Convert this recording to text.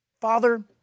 Father